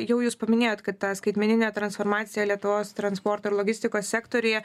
jau jūs paminėjot kad skaitmeninė transformacija lietuvos transporto ir logistikos sektoriuje